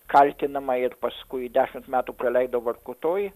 kaltinama ir paskui dešimt metų praleido vorkutoj